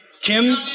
Kim